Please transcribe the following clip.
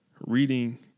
reading